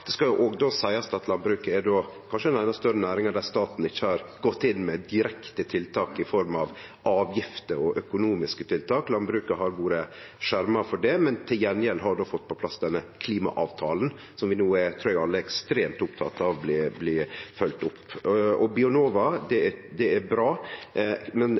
Det skal jo òg seiast at landbruket er kanskje ei av dei større næringane der staten ikkje har gått inn med direkte tiltak i form av avgifter og økonomiske tiltak. Landbruket har vore skjerma for det, men har då til gjengjeld fått på plass denne klimaavtalen, som eg trur alle no er ekstremt opptekne av blir følgt opp. Bionova er bra, men